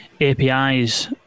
APIs